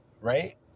right